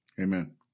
Amen